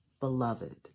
Beloved